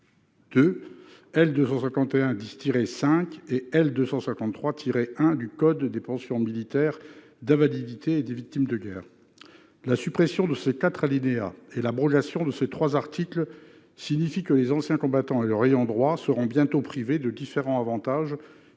L. 251-5 et L. 523-1 du code des pensions militaires d'invalidité et des victimes de guerre. La suppression de ces quatre alinéas et l'abrogation de ces trois articles signifient que les anciens combattants et leurs ayants droit seront bientôt privés de différents avantages